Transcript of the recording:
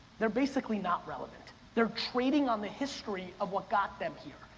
they're basically not relevant. they're trading on the history of what got them here.